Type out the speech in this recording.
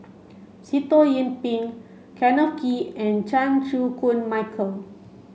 Sitoh Yih Pin Kenneth Kee and Chan Chew Koon Michael